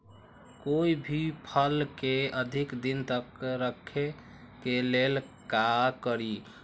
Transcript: कोई भी फल के अधिक दिन तक रखे के लेल का करी?